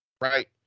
right